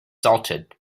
salted